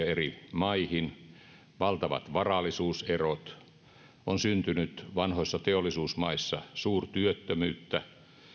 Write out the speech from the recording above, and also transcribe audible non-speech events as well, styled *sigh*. *unintelligible* eri maihin valtavat varallisuuserot vanhoissa teollisuusmaissa on syntynyt suurtyöttömyyttä